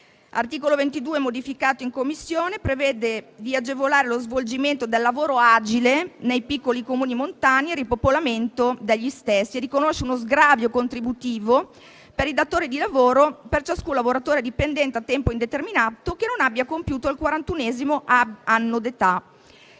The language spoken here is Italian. L'articolo 22, modificato in Commissione, prevede di agevolare lo svolgimento del lavoro agile nei piccoli Comuni montani e il ripopolamento degli stessi e riconosce uno sgravio contributivo per il datore di lavoro per ciascun lavoratore dipendente a tempo indeterminato che non abbia compiuto il quarantunesimo anno d'età